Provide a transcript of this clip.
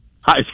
hi